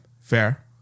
Fair